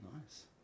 Nice